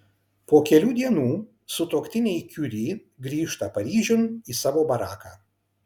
po kelių dienų sutuoktiniai kiuri grįžta paryžiun į savo baraką